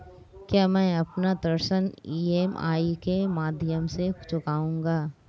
क्या मैं अपना ऋण ई.एम.आई के माध्यम से चुकाऊंगा?